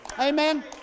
Amen